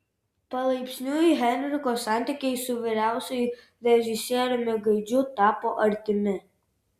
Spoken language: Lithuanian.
palaipsniui henriko santykiai su vyriausiuoju režisieriumi gaidžiu tapo artimi